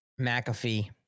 McAfee